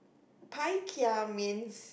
pai kia means